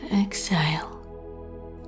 exhale